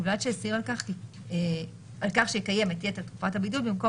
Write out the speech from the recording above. ובלבד שהצהיר על כך שיקיים את יתר תקופת הבידוד במקום